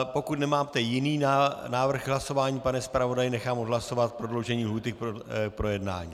Pokud nemáte jiný návrh k hlasování, pane zpravodaji, nechám odhlasovat prodloužení lhůty k projednání.